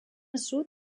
sud